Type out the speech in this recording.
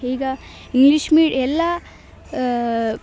ಈಗ ಇಂಗ್ಲೀಷ್ ಮೀ ಎಲ್ಲ